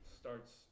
starts